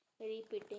Repeating